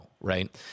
right